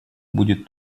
будет